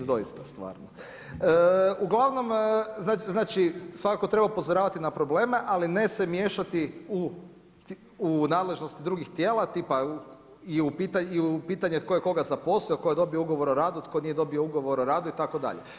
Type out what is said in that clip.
Mislim doista, stvarno [[Upadica Reiner: Molim vas nemojte dobacivati.]] Uglavnom znači svakako treba upozoravati na probleme, ali ne se miješati u nadležnosti drugih tijela tipa i u pitanje tko je koga zaposlio, tko je dobio ugovor o radu, tko nije dobio ugovor o radu itd.